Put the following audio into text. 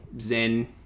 Zen